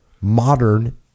modern